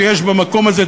שיש במקום הזה,